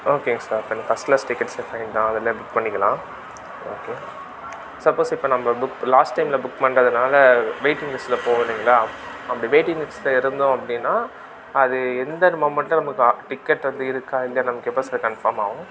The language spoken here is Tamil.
ஓகேங்க சார் அப்போ எனக்கு ஃபஸ்ட் க்ளாஸ் டிக்கெட்ஸ்ஸே ஃபைன் தான் அதிலையே புக் பண்ணிக்கலாம் ஓகே சப்போஸ் இப்போ நம்ப புக் லாஸ்ட் டைமில் புக் பண்ணுறதுனால வெயிட்டிங் லிஸ்டில் போய்விடுங்களா அப்படி வெயிட்டிங் லிஸ்டில் இருந்தோம் அப்படின்னா அது எந்த மொமெண்டில் நமக்கு ஆ டிக்கெட் வந்து இருக்கா இல்லையான்னு நமக்கு எப்போ சார் கன்ஃபார்ம் ஆகும்